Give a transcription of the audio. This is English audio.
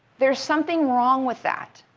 there's something wrong with that.